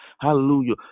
Hallelujah